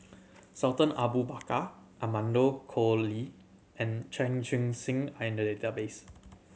Sultan Abu Bakar Amanda Koe Lee and Chan Chun Sing are in the database